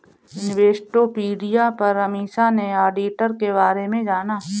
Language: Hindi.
इन्वेस्टोपीडिया पर अमीषा ने ऑडिटर के बारे में जाना